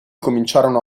cominciarono